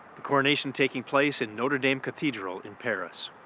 the coronation taking place in notre dame cathedral in paris.